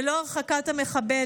ללא הרחקת המחבל,